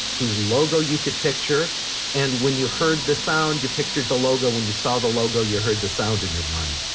whose logo you could picture and when you heard the sound you pictured the logo, when you saw the logo you heard the sound in your mind